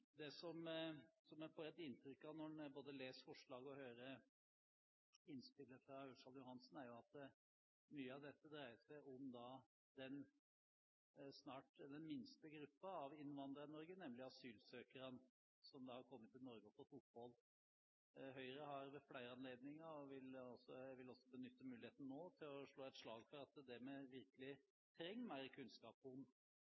Det som en får et inntrykk av både når en leser forslaget, og når en hører innspillet fra Ørsal Johansen, er at mye av dette dreier seg om den snart minste gruppen av innvandrere i Norge, nemlig asylsøkerne, som har kommet til Norge og fått opphold. Høyre har ved flere anledninger uttrykt – og jeg vil også benytte muligheten nå til å slå et slag for det – at det vi virkelig trenger mer kunnskap om,